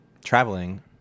traveling